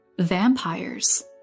vampires